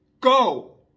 Go